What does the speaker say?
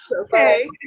Okay